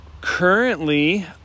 Currently